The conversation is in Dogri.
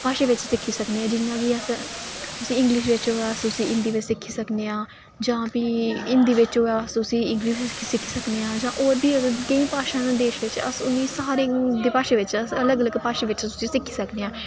भाशा बिच सिक्खी सकनें आं जि'यां किअस इगंलिश बिच होऐ अस उसी हिंदी बी सिक्खी सकनें आ जां भी हिंदी बिच होऐ अस उसी इंगलिश च सिक्खी सकनें आं जां होर बी अगर केईं भाशा अस इ'नें सारे भाशाएं बेच अलग अलग भाशाएं बिच अस उसी सिक्खी सकनें आं